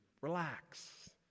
relax